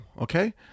okay